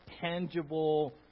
tangible